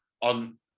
on